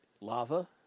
lava